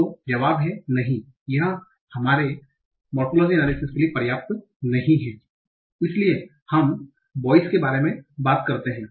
तो जवाब है नहीं यह हमारे मोरफोलोजीकल अनालिसिस के लिए पर्याप्त नहीं है इसलिए हम बोयस शब्द का उपयोग करते है